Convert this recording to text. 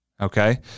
Okay